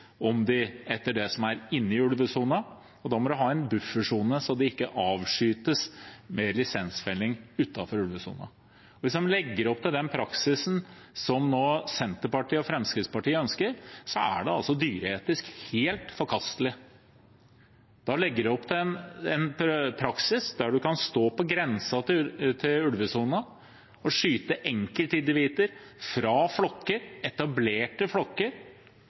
og da må man ha en buffersone, slik at de ikke avskytes ved lisensfelling utenfor ulvesonen. Hvis man legger opp til den praksisen som Senterpartiet og Fremskrittspartiet nå ønsker, er det dyreetisk helt forkastelig. Da legger man opp til en praksis hvor man kan stå på grensen til ulvesonen og nærmest skyte enkeltindivider fra flokker – etablerte flokker